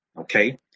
Okay